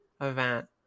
event